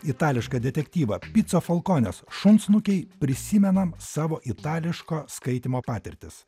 itališką detektyvą pico folkonės šunsnukiai prisimenam savo itališko skaitymo patirtis